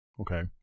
Okay